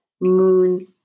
moon